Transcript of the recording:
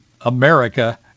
America